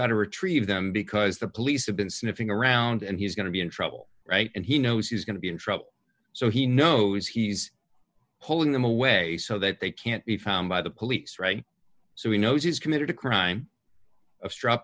got to retrieve them because the police have been sniffing around and he's going to be in trouble right and he knows he's going to be in trouble so he knows he's holding them away so that they can't be found by the police right so he knows he's committed a crime a str